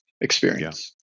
experience